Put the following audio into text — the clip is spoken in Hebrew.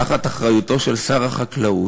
תחת אחריותו של שר החקלאות,